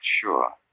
Sure